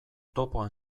topoan